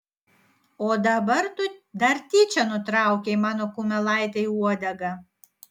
o dabar tu dar tyčia nutraukei mano kumelaitei uodegą